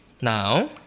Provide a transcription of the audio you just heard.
Now